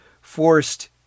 forced